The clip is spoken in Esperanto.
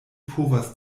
povas